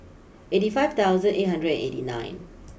eighty five thousand eight hundred and eighty nine